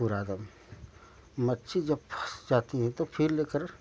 पूरा एकदम मच्छी जब फस जाती तो फिर लेकर